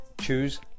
choose